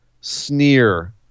sneer